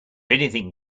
anything